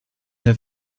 der